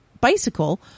bicycle